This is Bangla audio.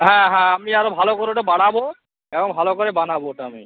হ্যাঁ হ্যাঁ আমি আরও ভালো করে ওটা বাড়াবো এবং ভালো করে বানাবো ওটা আমি